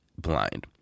blind